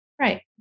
Right